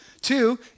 Two